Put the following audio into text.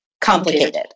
complicated